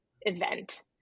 event